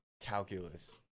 calculus